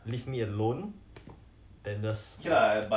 我我我不喜欢这种 politics 的 just just